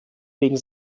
wegen